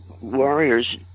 warriors